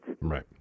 Right